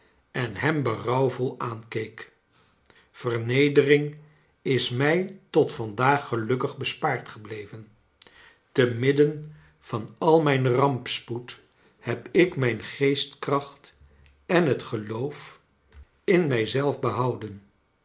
en hem berouwvol aankeek vernedering is mij tot vandaag gelukkig bespaard gebleven te midden van al mijn ramps poed heb ik mijn geestkracht en het geloof in mij zelf behouden